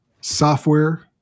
software